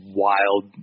wild